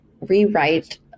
rewrite